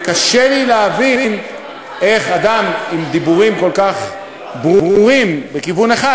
קשה לי להבין איך אדם עם דיבורים כל כך ברורים בכיוון אחד,